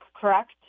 correct